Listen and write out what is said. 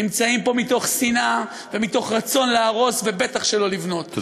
נמצאים פה מתוך שנאה ומתוך רצון להרוס ובטח שלא לבנות.